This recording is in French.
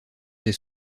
des